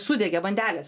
sudegė bandelės